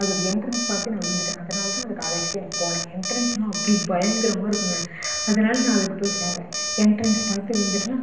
அதோடய என்ட்ரன்ஸ் பார்த்தே நான் விழுந்துவிட்டேன் அதனால் தான் அந்த காலேஜுக்கே நான் போனேன் என்ட்ரென்ஸுலாம் அப்படி பயங்கரமாக இருக்கும்ங்க அதனால் நான் அதுக்கு போய் சேர்ந்தேன் என்ட்ரென்ஸ் பார்த்து விழுந்துட்டேனா